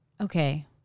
Okay